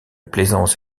plaisance